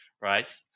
right